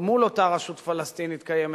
מול אותה רשות פלסטינית קיימת,